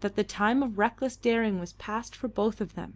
that the time of reckless daring was past for both of them,